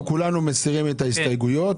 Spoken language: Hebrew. אנחנו כולנו מסירים את ההסתייגויות.